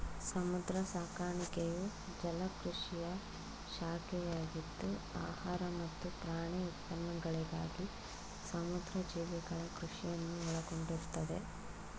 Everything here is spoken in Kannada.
ಸಮುದ್ರ ಸಾಕಾಣಿಕೆಯು ಜಲಕೃಷಿಯ ಶಾಖೆಯಾಗಿದ್ದು ಆಹಾರ ಮತ್ತು ಪ್ರಾಣಿ ಉತ್ಪನ್ನಗಳಿಗಾಗಿ ಸಮುದ್ರ ಜೀವಿಗಳ ಕೃಷಿಯನ್ನು ಒಳಗೊಂಡಿರ್ತದೆ